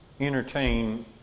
entertain